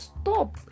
stop